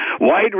Wide